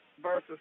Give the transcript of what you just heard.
Versus